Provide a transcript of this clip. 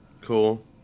Cool